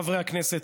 חברי הכנסת,